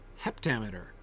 heptameter